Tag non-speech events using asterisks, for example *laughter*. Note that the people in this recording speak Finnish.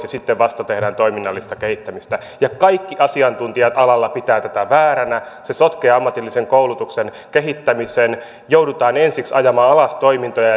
*unintelligible* ja vasta sitten tehdään toiminnallista kehittämistä kaikki asiantuntijat alalla pitävät tätä vääränä se sotkee ammatillisen koulutuksen kehittämisen ensiksi joudutaan ajamaan alas toimintoja *unintelligible*